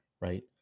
right